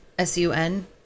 S-U-N